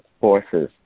forces